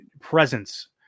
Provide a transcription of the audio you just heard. presence